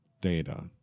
data